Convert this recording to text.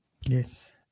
Yes